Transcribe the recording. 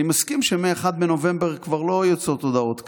אני מסכים שמ-1 בנובמבר כבר לא יוצאות הודעות כאלה,